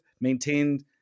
maintained